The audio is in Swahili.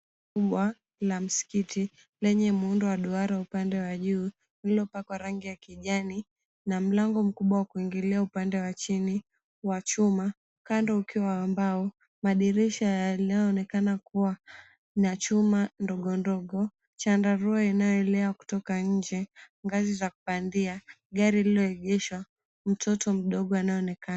Jumba la msikiti lenye muundo wa duara upande wa juu lililopakwa rangi ya kijani na mlango mkubwa upande wa chini wa chuma kando ukiwa wa mbao madirisha yanayooneka kuwa na chuma ndogo ndogo. Chandarua inayoelea kutoka nje. Ngazi za kupandia lililoegeshwa mtoto mdogo anayeonekana.